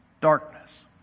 Darkness